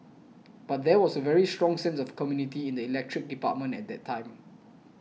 but there was a very strong sense of community in the electricity department at that time